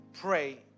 pray